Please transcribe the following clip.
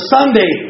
Sunday